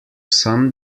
some